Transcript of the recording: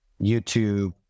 YouTube